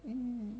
mm